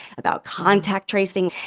about contact tracing.